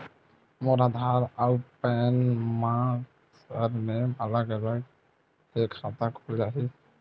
मोर आधार आऊ पैन मा सरनेम अलग हे खाता खुल जहीं?